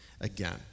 again